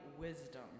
wisdom